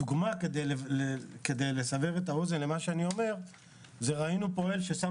דוגמה כדי לסבר את האוזן: ראינו פועל שקשר